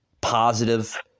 positive